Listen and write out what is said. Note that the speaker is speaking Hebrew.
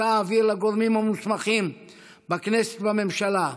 ואעביר אותה לגורמים המוסמכים בכנסת ובממשלה.